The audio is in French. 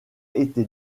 été